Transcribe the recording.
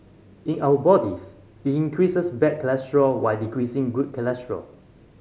in our bodies it increases bad cholesterol while decreasing good cholesterol